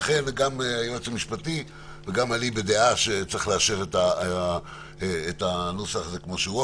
לכן גם היועץ המשפטי וגם אני בדעה שצריך לאשר את הנוסח הזה כמו שהוא.